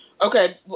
Okay